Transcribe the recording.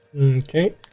Okay